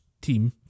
team